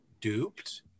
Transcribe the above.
duped